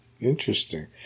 Interesting